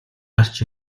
гарч